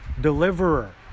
deliverer